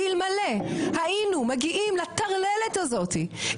אלמלא היינו מגיעים לטרללת הזאתי,